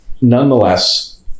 nonetheless